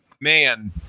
Man